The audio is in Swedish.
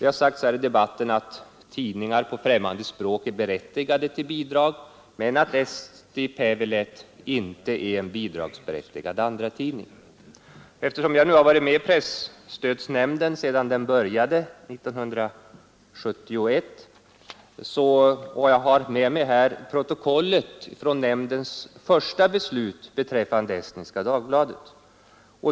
Det har sagts här i debatten att tidningar på främmande språk är berättigade till bidrag men att trots det Eesti Päevaleht inte är en bidragsberättigad andratidning. Jag har varit med i presstödsnämnden sedan den började 1971, och jag har här med mig protokollet från nämndens första beslut beträffande Estniska Dagbladet.